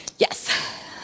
Yes